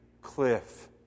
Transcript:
cliff